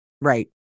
Right